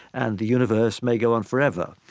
and the universe may go on forever.